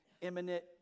imminent